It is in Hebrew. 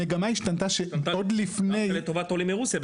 המגמה השתנתה שעוד לפני --- לטובת עולים מרוסיה.